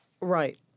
Right